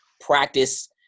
practice